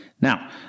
Now